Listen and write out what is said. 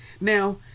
Now